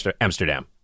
Amsterdam